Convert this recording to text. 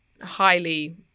highly